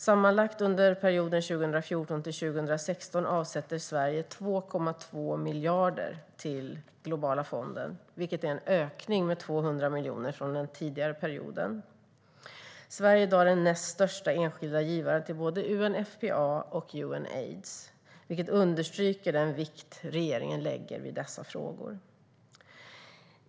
Sammanlagt under perioden 2014-2016 avsätter Sverige 2,2 miljarder till Globala fonden, vilket är en ökning med 200 miljoner från tidigare period. Sverige är i dag den näst största enskilda givaren till både UNFPA och Unaids, vilket understryker den vikt regeringen lägger vid dessa frågor.